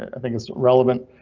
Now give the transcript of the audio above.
ah think it's relevant.